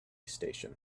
station